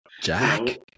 Jack